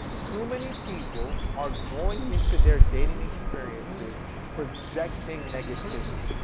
too many people are going into their dating experiences projecting negativity.